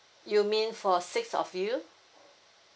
you mean for six of you